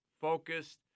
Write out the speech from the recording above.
focused